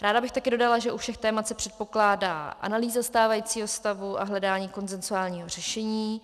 Ráda bych také dodala, že u všech témat se předpokládá analýza stávajícího stavu a hledání konsenzuálního řešení.